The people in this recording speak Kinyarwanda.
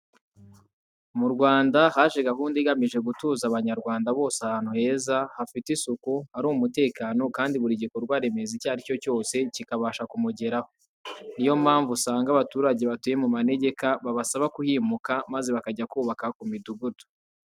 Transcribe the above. Mu Rwanda haje gahunda igamije gutuza Abanyarwanda bose ahantu heza, hafite isuku, hari umutekano kandi buri gikorwa remezo icyo ari cyo cyose kikabasha kumugeraho. Ni yo mpamvu usanga abaturage batuye mu manegeka babasaba kuhimuka maze bakajya kubaka ku midugudu.